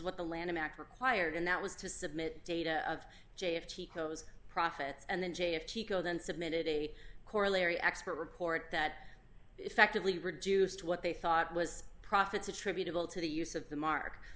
what the lanham act required and that was to submit data of j of chico's profits and then j of chico then submitted a corollary expert report that effectively reduced what they thought was profits attributable to the use of the mark